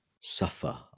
suffer